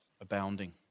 abounding